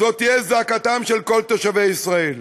זאת תהיה זעקתם של כל תושבי ישראל,